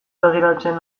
begiratzen